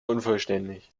unvollständig